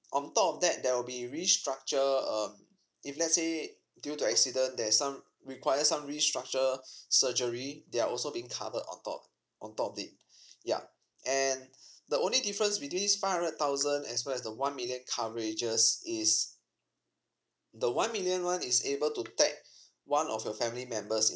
on top of that there will be restructure um if let's say due to accident there's some require some restructure surgery they're also being covered on top of on top of it ya and the only difference between this five hundred thousand as well as a one million coverages is the one million one is able to tag one of your family members